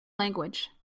language